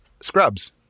Scrubs